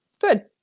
good